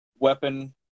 Weapon